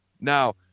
Now